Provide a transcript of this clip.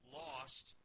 lost